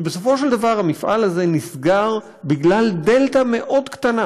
שבסופו של דבר המפעל הזה נסגר בגלל דלתא מאוד קטנה.